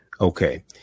Okay